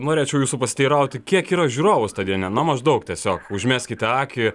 norėčiau jūsų pasiteirauti kiek yra žiūrovų stadione na maždaug tiesiog užmeskite akį